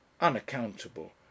unaccountable